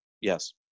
yes